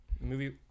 Movie